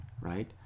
right